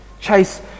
chase